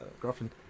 girlfriend